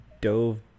dove